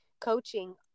coaching